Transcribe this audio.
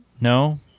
No